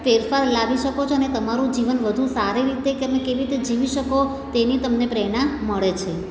ફેરફાર લાવી શકો છો અને તમારું જીવન વધુ સારી રીતે તમે કેવી રીતે જીવી શકો તેની તમને પ્રેરણા મળે છે